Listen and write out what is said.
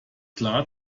klar